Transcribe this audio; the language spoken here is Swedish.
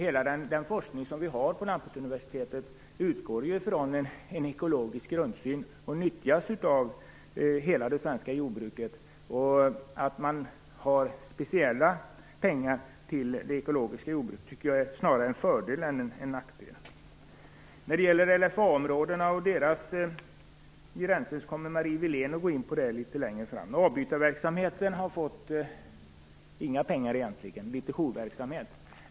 Hela den forskning vi har på lantbruksuniversiteten utgår ju från en ekologisk grundsyn och nyttjas av hela det svenska jordbruket. Att man har speciella pengar till det ekologiska jordbruket, tycker jag är en fördel snarare än en nackdel. Marie Wilén kommer litet längre fram att gå in på LFA-områdena och deras gränser. Avbytarverksamheten har egentligen inte fått några pengar. Det blir litet jourverksamhet.